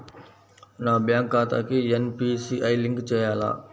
నా బ్యాంక్ ఖాతాకి NPCI link చేయాలా?